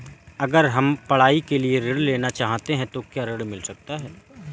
अगर हम पढ़ाई के लिए ऋण लेना चाहते हैं तो क्या ऋण मिल सकता है?